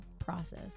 Process